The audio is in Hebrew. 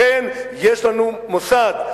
לכן יש לנו מוסד,